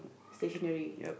stationary